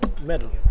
medal